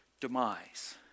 demise